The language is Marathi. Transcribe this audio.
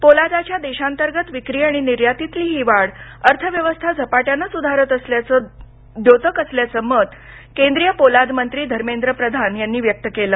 पोलादाच्या देशांतर्गत विक्री आणि निर्यातीतली ही वाढ अर्थव्यवस्था झपाट्यानं सुधारत असल्याचंच द्योतक असल्याचं मत केंद्रीय पोलादमंत्री धर्मेंद्र प्रधान व्यक्त केलं